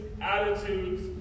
attitudes